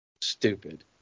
Stupid